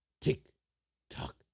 tick-tock